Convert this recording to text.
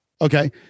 okay